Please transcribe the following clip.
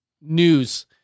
news